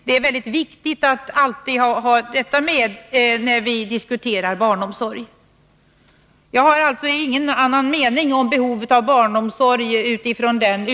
Det är väldigt viktigt att alltid ha detta med, när vi diskuterar barnomsorg. Jag har alltså utifrån den utgångspunkten ingen annan mening om behovet av barnomsorg.